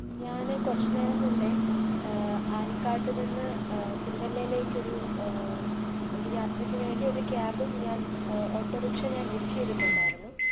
ഞാൻ കുറച്ച് നേരം മുന്നെ ആനിക്കാട്ടു നിന്ന് തിരുവല്ലയിലേക്കൊരു ഒരു യാത്രയ്ക്ക് വേണ്ടി ഒരു ക്യാബും ഞാന് ഓട്ടോറിക്ഷ ഞാന് ബുക്ക് ചെയ്തിട്ടുണ്ടായിരുന്നു